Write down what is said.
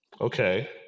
Okay